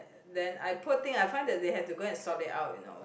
then I poor thing I find that they have to go and sort it out you know